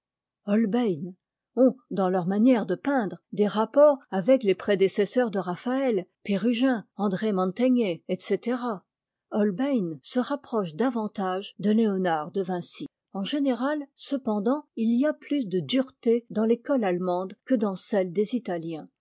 holbein ont dans leur manière de peindre des rapports avec les prédécesseurs de raphaët perugin andré mantegne etc holbein se rapproche davantage de léonard de vinci en général cependant il y a plus de dureté dans l'école allemande que dans celle des italiens